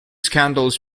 scandals